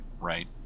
right